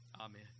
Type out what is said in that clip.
Amen